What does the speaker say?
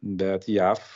bet jav